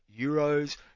euros